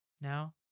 now